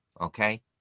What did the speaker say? Okay